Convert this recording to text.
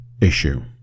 issue